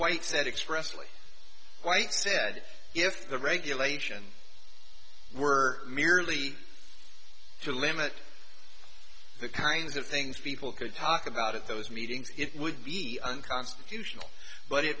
white said expressively white said if the regulations were merely to limit the kinds of things people could talk about at those meetings it would be unconstitutional but it